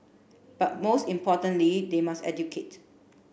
but most importantly they must educate